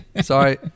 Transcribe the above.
sorry